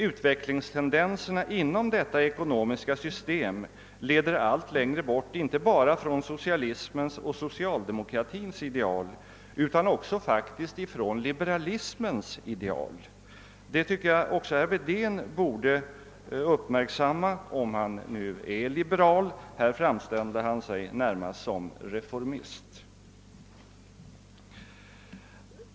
Utvecklingstendenserna inom detta ekonomiska system leder allt längre bort, inte bara från socialismens och socialdemokratins ideal utan också faktiskt från liberalismens ideal. Det borde också herr Wedén uppmärksamma, om han nu är liberal; här framställde han sig närmast som reformist.